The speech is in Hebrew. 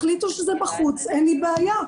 תחליטו שזה בחוץ, אין לי בעיה.